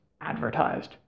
advertised